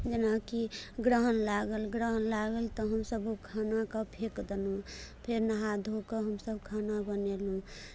जेनाकि ग्रहण लागल ग्रहण लागल तऽ हमसभ ओ खानाकेँ फेँकि देलहुँ फेर नहा धो कऽ हमसभ खाना बनेलहुँ